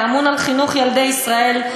האמון על חינוך ילדי ישראל,